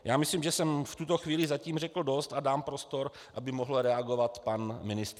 Já myslím, že jsem v tuto chvíli zatím řekl dost a dám prostor, aby mohl reagovat pan ministr.